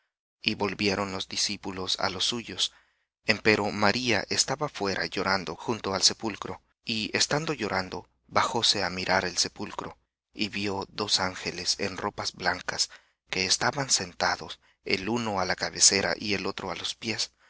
y volvieron los discípulos á los suyos empero maría estaba fuera llorando junto al sepulcro y estando llorando bajóse á mirar el sepulcro y vió dos ángeles en ropas blancas que estaban sentados el uno á la cabecera y el otro á los pies